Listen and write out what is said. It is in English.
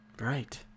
Right